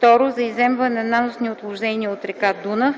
2. за изземване на наносни отложения от река Дунав: